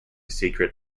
secret